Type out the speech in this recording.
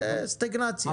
זה סטגנציה.